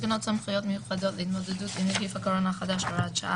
"תקנות סמכויות מיוחדות להתמודדות עם נגיף הקורונה החדש (הוראת שעה)